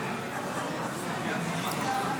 להלן